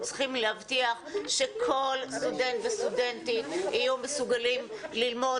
צריכים להבטיח שכל סטודנט וסטודנטית יהיו מסוגלים ללמוד,